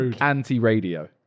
anti-radio